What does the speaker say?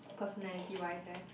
personality wise leh